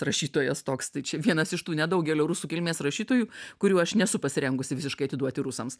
rašytojas toks tai čia vienas iš tų nedaugelio rusų kilmės rašytojų kurių aš nesu pasirengusi visiškai atiduoti rusams